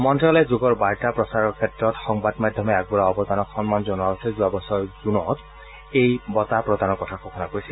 মন্ত্যালয়ে যোগৰ বাৰ্তা প্ৰচাৰৰ ক্ষেত্ৰত সংবাদ মাধ্যমে আগবঢ়োৱা অৱদানক সন্মান জনোৱাৰ অৰ্থে যোৱা বছৰৰ জুন মাহত এই বঁটা প্ৰদানৰ কথা ঘোষণা কৰিছিল